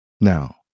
Now